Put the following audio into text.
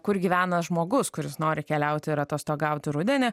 kur gyvena žmogus kuris nori keliauti ir atostogauti rudenį